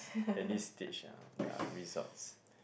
at this stage ah ya results